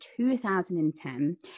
2010